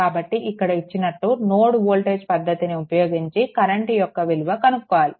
కాబట్టి ఇక్కడ ఇచ్చినట్టు నోడ్ వోల్టేజ్ పద్ధతిని ఉపయోగించి కరెంట్ యొక్క విలువ కనుక్కోవాలి